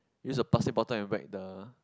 use a plastic bottle and whack the